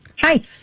Hi